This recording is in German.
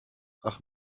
ach